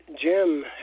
Jim